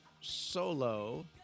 solo